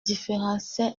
différentiel